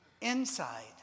Inside